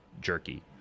jerky